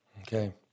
Okay